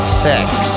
sex